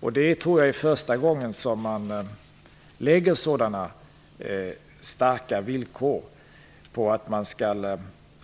Jag tror att det är första gången som man lägger sådana starka villkor.